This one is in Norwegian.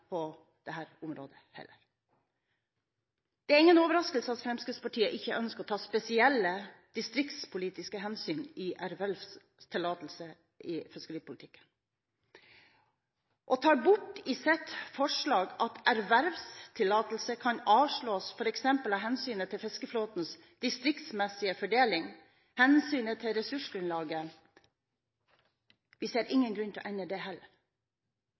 på dette området heller. Det er ingen overraskelse at Fremskrittspartiet ikke ønsker å ta spesielle distriktspolitiske hensyn når det gjelder ervervstillatelse i fiskeripolitikken. De tar opp i sitt forslag at ervervstillatelse kan avslås f.eks. av hensynet til fiskeflåtens distriktsmessige fordeling og hensynet til ressursgrunnlaget. Vi ser ingen grunn til å endre det heller.